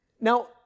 Now